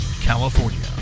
California